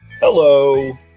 hello